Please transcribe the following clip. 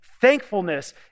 Thankfulness